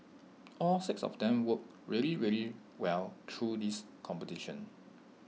all six of them worked really really well through this competition